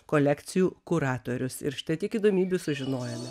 kolekcijų kuratorius ir štai tik įdomybių sužinojome